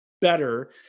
better